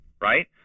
right